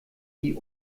die